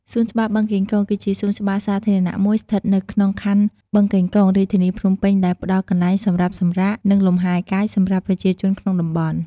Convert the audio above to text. សួនច្បារបឹងកេងកង គឺជាសួនច្បារសាធារណៈមួយស្ថិតនៅក្នុងខណ្ឌបឹងកេងកង រាជធានីភ្នំពេញ ដែលផ្តល់កន្លែងសម្រាប់សម្រាក និងលំហែកាយសម្រាប់ប្រជាជនក្នុងតំបន់។